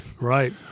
right